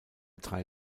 drei